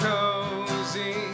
Cozy